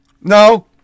No